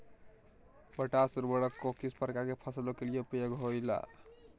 Potash उर्वरक को किस प्रकार के फसलों के लिए उपयोग होईला?